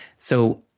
so,